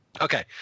Okay